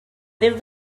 déu